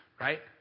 right